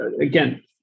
again